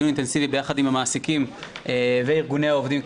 אינטנסיבי ביחד עם המעסיקים וארגוני העובדים,